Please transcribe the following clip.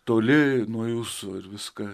toli nuo jūsų ir viską